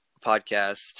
podcast